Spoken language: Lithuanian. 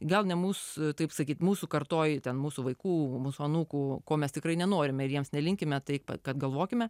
gal ne mūsų taip sakyti mūsų kartoj ten mūsų vaikų mūsų anūkų ko mes tikrai nenorim ir jiems nelinkime taip pat galvokime